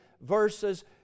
verses